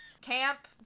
Camp